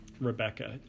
Rebecca